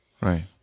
Right